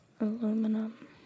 Aluminum